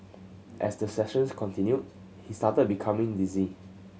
as the sessions continued he started becoming dizzy